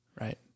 Right